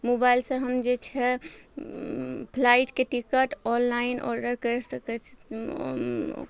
मोबाइलसँ हम जे छै फ्लाइटके टिकट ऑनलाइन ऑर्डर करि सकय छी